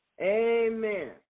Amen